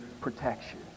protection